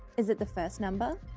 is it the first number?